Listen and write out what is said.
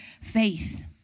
faith